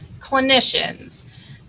clinicians